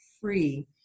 free